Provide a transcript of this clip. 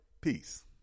Peace